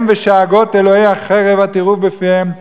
הם, ושאגות אלוהי החרב והטירוף בפיהם.